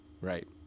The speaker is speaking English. right